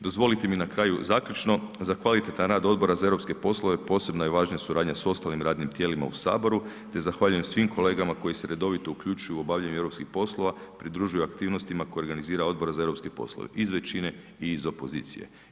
Dozvolite mi na kraju zaključno za kvalitetan rad Odbora za EU poslove posebno je važna suradnja s ostalim radnim tijelima u Saboru, te zahvaljujem svim kolegama koji se redovito uključuju u obavljanje europskih poslova, pridružuju aktivnostima koje organizira odbor za EU poslove iz većine i iz opozicije.